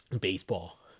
baseball